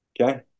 Okay